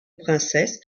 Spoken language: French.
princesse